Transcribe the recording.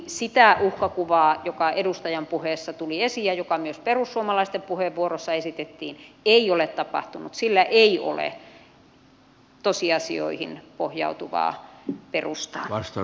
sitä uhkakuvaa joka edustajan puheessa tuli esiin ja joka myös perussuomalaisten puheenvuorossa esitettiin ei ole tapahtunut sillä ei ole tosiasioihin pohjautuvaa perustaa